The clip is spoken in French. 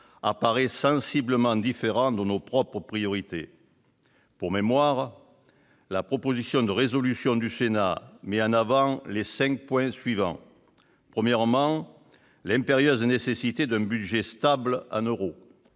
apparaît sensiblement différent de nos propres priorités. Pour mémoire, la proposition de résolution européenne du Sénat met en avant les cinq points suivants : premièrement, l'impérieuse nécessité d'un budget stable en euros